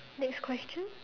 next question